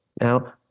Now